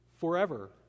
forever